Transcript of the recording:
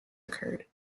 occurred